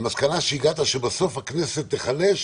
המסקנה שהגעת אליה, שבסוף הכנסת תיחלש,